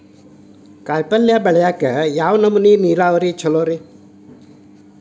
ಕಾಯಿಪಲ್ಯ ಬೆಳಿಯಾಕ ಯಾವ್ ನಮೂನಿ ನೇರಾವರಿ ಛಲೋ ರಿ?